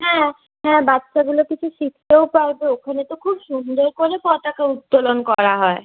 হ্যাঁ হ্যাঁ বাচ্চাগুলো কিছু শিখতেও পারবে ওখানে তো খুব সুন্দর করে পতাকা উত্তোলন করা হয়